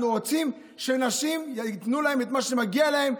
אנחנו רוצים שייתנו לנשים את מה שמגיע להן,